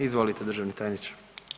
Izvolite državni tajniče.